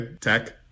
tech